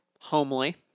Homely